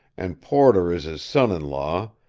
and porter is his son-in-law,